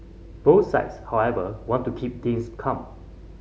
both sides however want to keep things calm